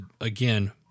Again